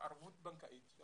ערבות בנקאית.